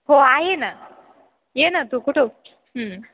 हो आहे ना ये ना तू कुठं